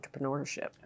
entrepreneurship